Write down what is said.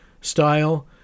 style